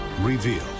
revealed